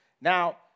Now